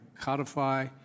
codify